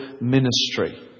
ministry